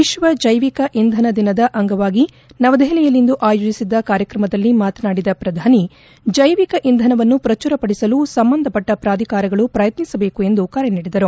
ವಿಕ್ವ ಜೈವಿಕ ಇಂಧನ ದಿನದ ಅಂಗವಾಗಿ ನವದೆಹಲಿಯಲ್ಲಿಂದು ಆಯೋಜಿಸಿದ ಕಾರ್ಯಕ್ರಮದಲ್ಲಿ ಮಾತನಾಡಿದ ಪ್ರಧಾನಿ ಜೈವಿಕ ಇಂಧನವನ್ನು ಪ್ರಚುರಪಡಿಸಲು ಸಂಬಂಧಪಟ್ಟ ಪ್ರಾಧಿಕಾರಗಳು ಪ್ರಯತ್ನಿಸಬೇಕು ಎಂದು ಕರೆ ನೀಡಿದರು